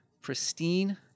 pristine